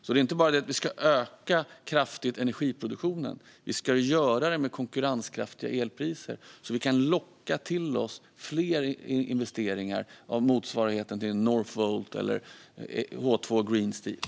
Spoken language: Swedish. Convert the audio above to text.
Vi ska inte bara kraftigt öka energiproduktionen, utan vi ska göra det med hjälp av konkurrenskraftiga elpriser så att vi kan locka till oss fler investeringar av motsvarigheten till Northvolt eller H2 Green Steel.